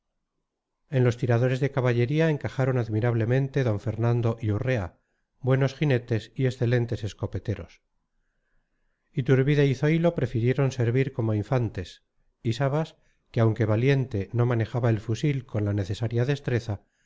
en los tiradores de caballería encajaron admirablemente d fernando y urrea buenos jinetes y excelentes escopeteros iturbide y zoilo prefirieron servir como infantes y sabas que aunque valiente no manejaba el fusil con la necesaria destreza